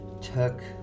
took